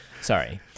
sorry